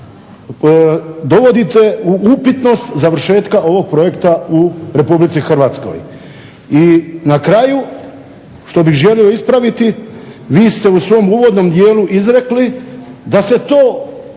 I na kraju, što bih želio ispraviti, vi ste u svom uvodnom dijelu izrekli sumnju